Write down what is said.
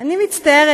אני מצטערת,